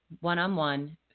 one-on-one